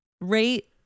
rate